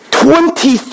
Twenty